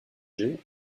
jet